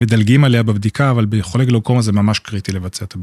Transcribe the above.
מדלגים עליה בבדיקה אבל ביכולת גלוקומה זה ממש קריטי לבצע את הבדיקה.